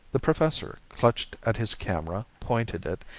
the professor clutched at his camera, pointed it,